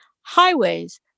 highways